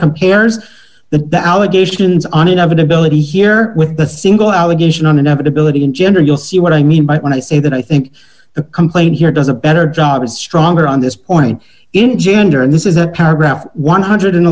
compares the allegations on inevitability here with a single allegation on inevitability in general you'll see what i mean by when i say that i think the complaint here does a better job is stronger on this point in gender and this is a paragraph one hundred and